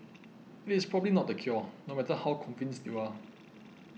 it is probably not the cure no matter how convinced you are